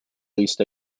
least